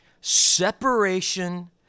separation